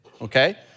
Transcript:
okay